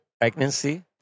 Pregnancy